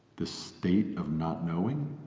this state of not-knowing,